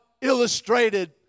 illustrated